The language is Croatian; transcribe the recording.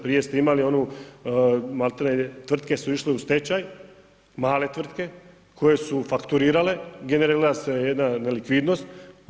Prije ste imali onu maltene tvrtke su išle u stečaj, male tvrtke koje su fakturirale, generirala se jedna nelikvidnost.